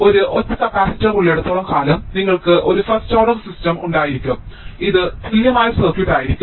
ഒരൊറ്റ കപ്പാസിറ്റർ ഉള്ളിടത്തോളം കാലം നിങ്ങൾക്ക് ഒരു ഫസ്റ്റ് ഓർഡർ സിസ്റ്റം ഉണ്ടായിരിക്കും ഇത് തുല്യമായ സർക്യൂട്ട് ആയിരിക്കും